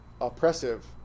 Oppressive